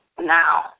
now